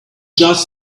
just